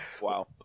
Wow